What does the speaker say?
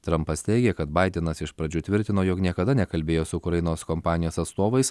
trampas teigia kad baidenas iš pradžių tvirtino jog niekada nekalbėjo su ukrainos kompanijos atstovais